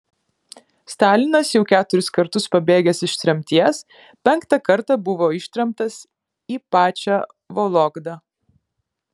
stalinas jau keturis kartus pabėgęs iš tremties penktą kartą buvo ištremtas į pačią vologdą